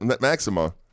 Maxima